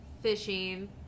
fishing